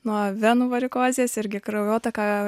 nuo venų varikozės irgi kraujotaką